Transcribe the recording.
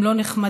"הם לא נחמדים",